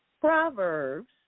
Proverbs